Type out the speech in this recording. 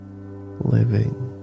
living